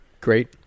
great